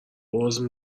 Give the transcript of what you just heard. عذر